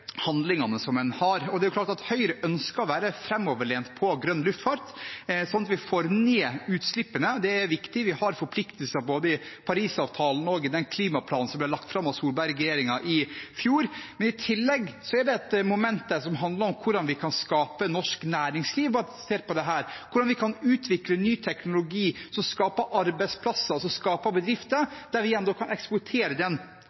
handlingene en har. Det er klart at Høyre ønsker å være framoverlent på grønn luftfart, sånn at vi får ned utslippene. Det er viktig. Vi har forpliktelser både i Parisavtalen og i den klimaplanen som ble lagt fram av Solberg-regjeringen i fjor. I tillegg er det et moment der som handler om hvordan vi kan skape norsk næringsliv basert på dette her, hvordan vi kan utvikle ny teknologi som skaper arbeidsplasser, som skaper bedrifter, der vi igjen kan eksportere den